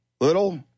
little